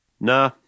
Nah